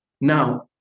Now